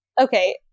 okay